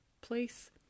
place